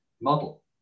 model